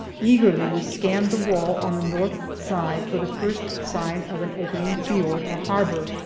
eagerly we scanned the wall on the north side for the first sign of an opening fiord or harbor,